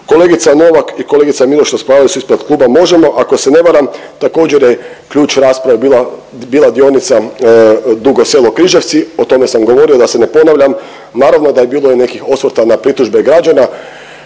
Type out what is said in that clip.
Kolegica Novak i kolegica Miloš raspravljale su ispred Kluba Možemo!. Ako se ne varam također je ključ rasprave bila, bila dionica Dugo Selo – Križevci, o tome sam govorio, da se ne ponavljam. Naravno da je bilo i nekih osvrta na pritužbe građana.